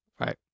right